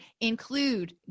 include